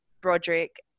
Broderick